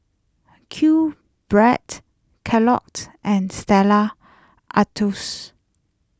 Qbread Kellogg's and Stella Artois